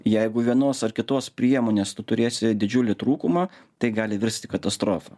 jeigu vienos ar kitos priemonės tu turėsi didžiulį trūkumą tai gali virsti katastrofa